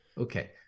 okay